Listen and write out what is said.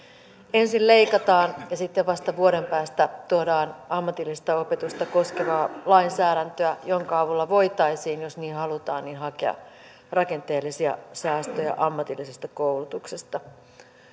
ensin leikataan ja sitten vasta vuoden päästä tuodaan ammatillista opetusta koskevaa lainsäädäntöä jonka avulla voitaisiin jos niin halutaan hakea rakenteellisia säästöjä ammatillisesta koulutuksesta